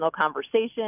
conversation